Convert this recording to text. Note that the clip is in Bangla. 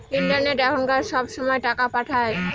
ইন্টারনেটে এখনকার সময় সব টাকা পাঠায়